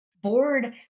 bored